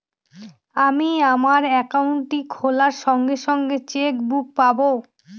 আমি আমার একাউন্টটি খোলার সঙ্গে সঙ্গে চেক বুক পাবো?